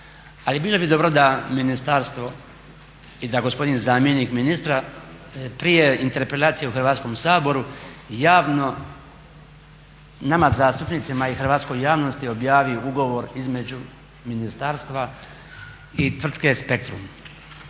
ali bilo bi dobro da ministarstvo i da gospodin zamjenik ministra prije interpelacije u Hrvatskom saboru javno nama zastupnicima i hrvatskoj javnosti objavi ugovor između ministarstva i tvrtke Spectrum.